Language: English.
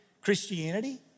Christianity